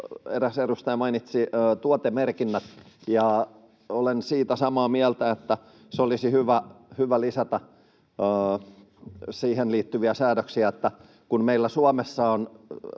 eräs edustaja mainitsi tuotemerkinnät. Olen siitä samaa mieltä, että olisi hyvä lisätä siihen liittyviä säädöksiä, kun meillä Suomessa on